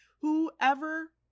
Whoever